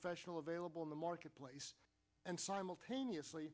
professional available in the marketplace and simultaneously